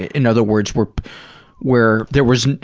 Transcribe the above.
in other words, where where there was,